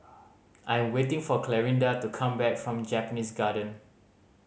I'm waiting for Clarinda to come back from Japanese Garden